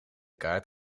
kaart